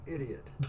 Idiot